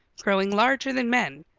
growing larger than men,